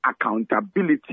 accountability